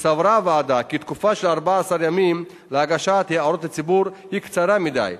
סברה הוועדה כי תקופה של 14 ימים להגשת הערות הציבור היא קצרה מדי,